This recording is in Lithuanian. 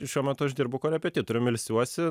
šiuo metu aš uždirbu korepetitorium ilsiuosi